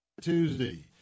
Tuesday